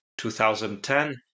2010